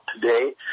today